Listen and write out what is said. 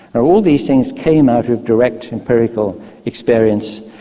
ah all these things came out of direct empirical experience,